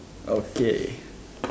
okay